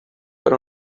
per